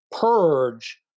purge